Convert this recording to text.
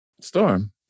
Storm